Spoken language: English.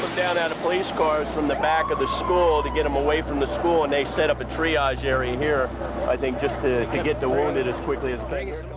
down out of police cars from the back of the school to get him away from the school and they set up a triage area here i think just to get the wounded as quickly as base.